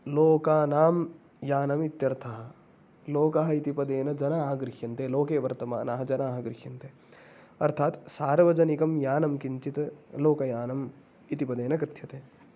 लोकानां यानम् इत्यर्थः लोकः इति पदेन जनाः गृह्यन्ते लोके वर्तमानाः जनाः गृह्यन्ते अर्थात् सार्वजनिकं यानं किञ्चित् लोकयानम् इति पदेन कथ्यते